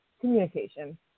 communication